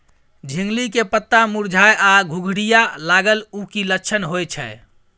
झिंगली के पत्ता मुरझाय आ घुघरीया लागल उ कि लक्षण होय छै?